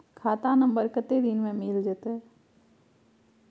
खाता नंबर कत्ते दिन मे मिल जेतै?